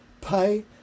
Pay